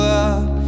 up